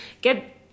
Get